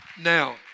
Now